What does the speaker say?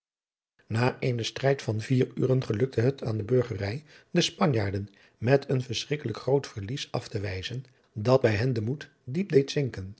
na eenen strijd van vier uren gelukte het aan de burgerij de spanjaarden met een verschrikkelijk groot verlies af te wijzen dat bij hen de moed diep deep zinken